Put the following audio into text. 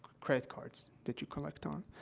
credit cards that you collect on,